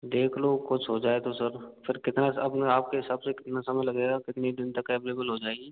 देख लो कुछ हो जाए तो सर फिर कितना अब मैं आपके हिसाब से कितना समय लगेगा कितने दिन तक अवेलेबल हो जाएगी